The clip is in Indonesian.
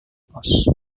pos